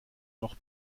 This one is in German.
noch